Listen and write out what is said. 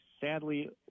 sadly